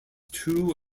two